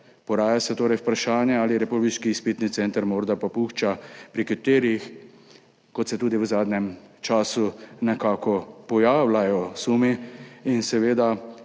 Poraja se torej vprašanje, ali republiški izpitni center morda popušča pri kriterijih, kot se tudi v zadnjem času nekako pojavljajo sumi, ali pa